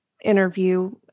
interview